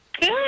good